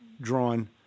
drawn